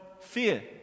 fear